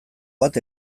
bat